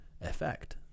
effect